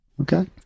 okay